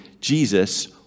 Jesus